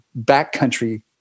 backcountry